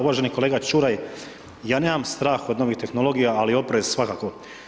Uvaženi kolega Čuraj, ja nemam strah od novih tehnologija, ali oprez svakako.